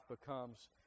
becomes